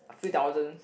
a few thousands